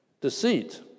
deceit